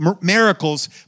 miracles